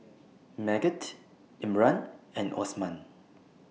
Megat Imran and Osman